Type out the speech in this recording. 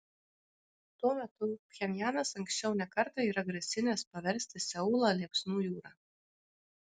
tuo metu pchenjanas anksčiau ne kartą yra grasinęs paversti seulą liepsnų jūra